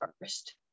first